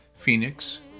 Phoenix